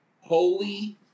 holy